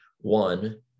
one